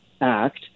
act